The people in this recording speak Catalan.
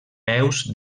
peus